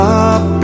up